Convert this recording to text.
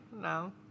No